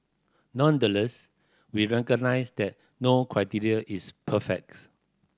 nonetheless we recognise that no criterion is perfects